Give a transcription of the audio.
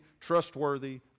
trustworthy